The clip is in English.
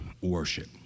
worship